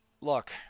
Look